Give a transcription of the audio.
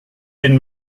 den